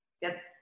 Get